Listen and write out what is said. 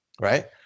right